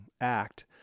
act